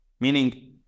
meaning